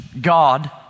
God